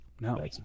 No